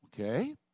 Okay